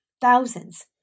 Thousands